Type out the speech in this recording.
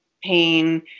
pain